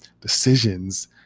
decisions